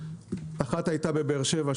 אחת הייתה בבאר שבע,